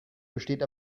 besteht